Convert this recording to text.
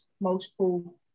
multiple